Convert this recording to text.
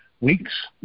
weeks